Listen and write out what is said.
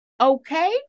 Okay